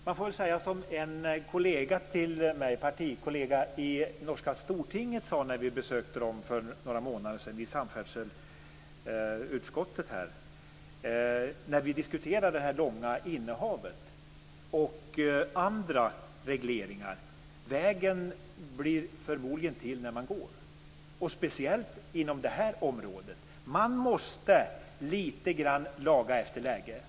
Jag får säga som en partikollega till mig i norska Stortinget sade när vi besökte det för några månader sedan och diskuterade det långa innehavet och andra regleringar: Vägen blir förmodligen till när man går, speciellt inom det här området. Man måste lite grann laga efter läge.